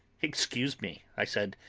excuse me, i said,